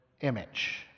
image